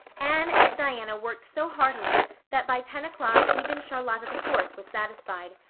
anne and diana worked so heartily that by ten o'clock even charlotta the fourth was satisfied.